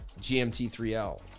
GMT3L